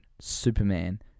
Superman